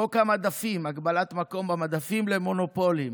חוק המדפים, הגבלת מקום במדפים למונופולים.